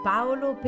Paolo